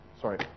Sorry